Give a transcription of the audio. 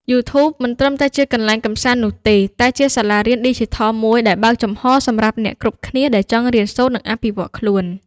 YouTube មិនត្រឹមតែជាកន្លែងកម្សាន្តនោះទេ តែជាសាលារៀនឌីជីថលមួយដែលបើកចំហរសម្រាប់អ្នកគ្រប់គ្នាដែលចង់រៀនសូត្រ និងអភិវឌ្ឍខ្លួន។